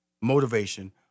motivation